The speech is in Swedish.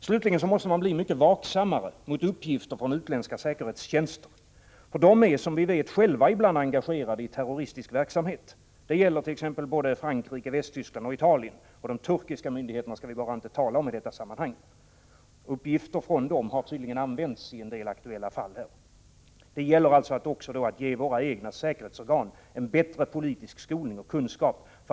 Slutligen måste man bli mycket vaksammare mot uppgifter från utländska säkerhetstjänster. Som vi vet är de ibland själva engagerade i terroristisk verksamhet. Det gäller t.ex. Frankrike, Västtyskland och Italien. Och de turkiska myndigheterna skall vi bara inte tala om i detta sammanhang. Uppgifter från dem har tydligen använts i en del aktuella fall. Det gäller alltså att ge våra egna säkerhetsorgan bättre politisk skolning och kunskap.